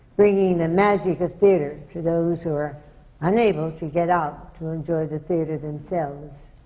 bringing the magic of theatre to those who are unable to get out to enjoy the theatre themselves.